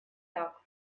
так